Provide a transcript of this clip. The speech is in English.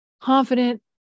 confident